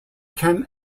ken